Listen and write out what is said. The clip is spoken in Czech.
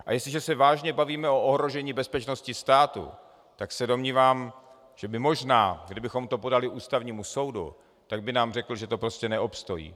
A jestliže se vážně bavíme o ohrožení bezpečnosti státu, tak se domnívám, že možná, kdybychom to podali Ústavnímu soudu, tak by nám řekl, že to prostě neobstojí.